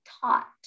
taught